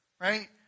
Right